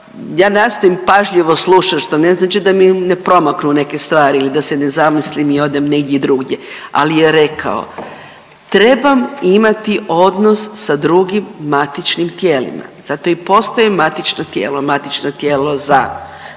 ja nastojim pažljivo slušati što ne znači da mi ne promaknu neke stvari ili da se ne zamislim i odem negdje drugdje, ali je rekao trebam imati odnos sa drugim matičnim tijelima. Zato i postoji matično tijelo, matično tijelo za